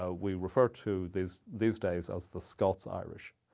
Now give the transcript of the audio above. ah we refer to these these days as the scots-irish.